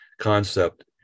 concept